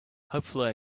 hopefully